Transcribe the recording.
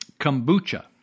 kombucha